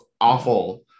awful